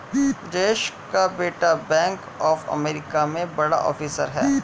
जयेश का बेटा bank of America में बड़ा ऑफिसर है